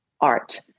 art